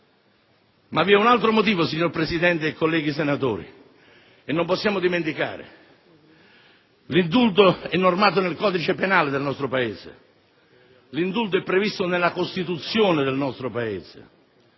è però un altro motivo, signor Presidente e colleghi senatori, che non possiamo dimenticare: l'indulto è normato nel codice penale del nostro Paese; l'indulto è previsto nella Costituzione del nostro Paese.